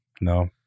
No